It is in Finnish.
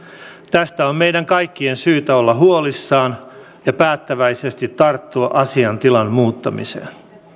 tästä on meidän kaikkien syytä olla huolissaan ja päättäväisesti tarttua asiantilan muuttamiseen